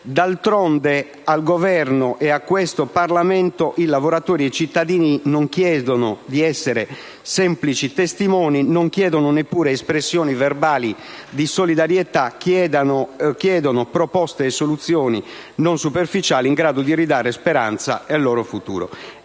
D'altronde, al Governo e a questo Parlamento i lavoratori ed i cittadini non chiedono di essere semplici testimoni e non chiedono neppure espressioni verbali di solidarietà; chiedono proposte e soluzioni non superficiali in grado di ridare speranza per il loro futuro.